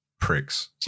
Pricks